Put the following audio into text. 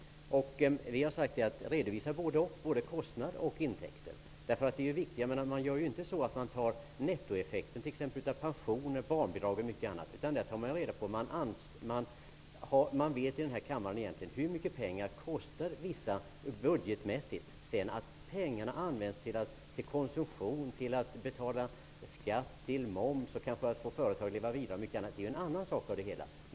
Vi har sagt: Redovisa både kostnad och intäkter. Jag menar: Man tar ju inte fram nettoeffekten av pensioner, barnbidrag och annat. I den här kammaren vet vi egentligen hur mycket olika verksamheter kostar budgetmässigt, att sedan pengarna används till konsumtion, till skatt, till moms, till att få företag att leva vidare och mycket annat är en annan sak.